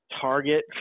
target